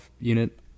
unit